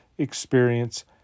experience